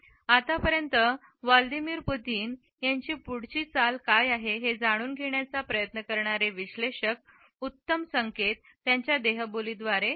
आतापर्यंत Vladimir Putin यांची पुढची चाल काय आहे हे जाणून घेण्याचा प्रयत्न करणारे विश्लेषक उत्तम संकेत त्याच्या देहबोली द्वारे प्रगट होते